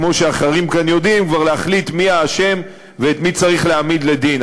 כמו שאחרים כאן יודעים כבר להחליט מי האשם ואת מי צריך להעמיד לדין.